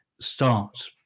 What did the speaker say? start